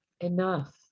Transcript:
enough